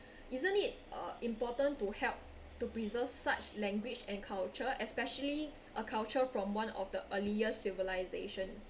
isn't it uh important to help to preserve such language and culture especially a culture from one of the earliest civilisation